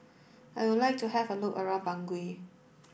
I would like to have a look around Bangui